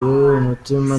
umutima